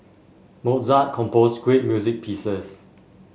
Mozart composed great music pieces